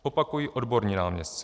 Opakuji odborní náměstci.